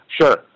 Sure